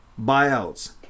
buyouts